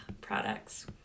products